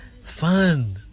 fun